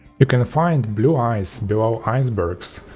you can find blue ice below icebergs,